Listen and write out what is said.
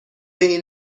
این